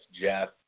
Jeff